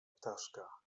ptaszka